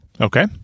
Okay